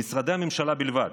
במשרדי הממשלה בלבד,